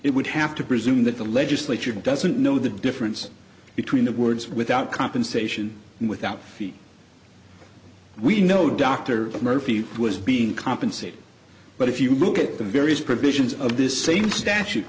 it would have to presume that the legislature doesn't know the difference between the words without compensation and without feet we know dr murphy was being compensated but if you look at the various provisions of this same statu